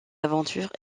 aventures